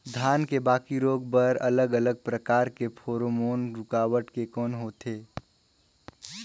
धान के बाकी रोग बर अलग अलग प्रकार के फेरोमोन रूकावट के कौन होथे?